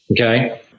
Okay